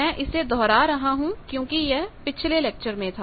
मैं इसे दोहरा रहा हूं क्योंकि यह पिछले लेक्चर में था